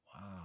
Wow